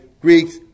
Greeks